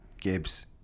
Gibbs